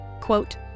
quote